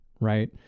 right